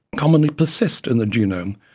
commonly persist in the genome,